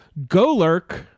Golurk